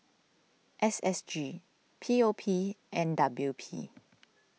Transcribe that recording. S S G P O P and W P